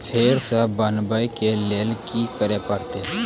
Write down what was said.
फेर सॅ बनबै के लेल की करे परतै?